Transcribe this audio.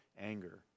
anger